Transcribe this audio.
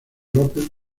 lópez